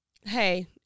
Hey